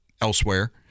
elsewhere